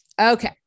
Okay